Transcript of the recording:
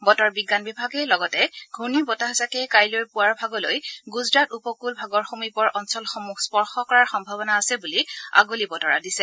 বতৰ বিজ্ঞান বিভাগে লগতে ঘূৰ্ণী বতাহজাকে কাইলৈৰ পুৱাৰ ভাগলৈ গুজৰাট উপকূল ভাগৰ সমীপৰ অঞ্চলসমূহ স্পৰ্শ কৰাৰ সম্ভাৱনা আছে বুলি আগলি বতৰা দিছে